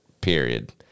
period